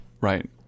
Right